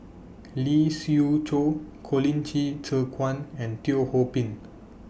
Lee Siew Choh Colin Qi Zhe Quan and Teo Ho Pin